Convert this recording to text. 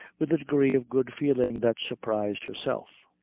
with a degree of good feeling that surprised herself.